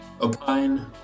opine